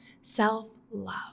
self-love